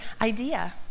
idea